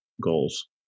goals